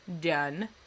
done